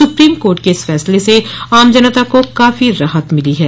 supreme court के इस फैसले से आम जनता को काफी राहत मिलेगी